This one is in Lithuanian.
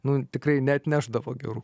nu tikrai neatnešdavo gerų